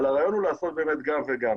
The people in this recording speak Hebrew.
אבל הרעיון הוא לעשות גם וגם.